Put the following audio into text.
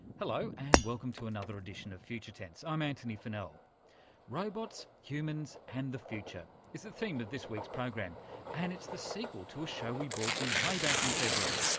hello and welcome to another edition of future tense, i'm antony funnell. robots, humans and the future is the theme of this week's program and it's the sequel to a show we brought you way back in february.